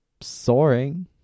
Soaring